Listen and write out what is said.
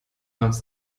warf